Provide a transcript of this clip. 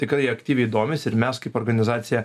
tikrai aktyviai domisi ir mes kaip organizacija